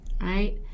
right